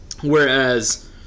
Whereas